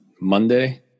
Monday